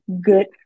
good